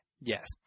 Yes